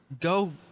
go